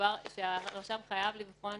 כשהרשם חייב לבחון